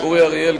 אורי אריאל,